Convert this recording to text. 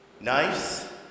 Nice